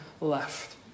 left